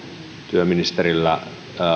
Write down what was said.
työministerillä